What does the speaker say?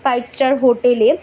five star হোটেলে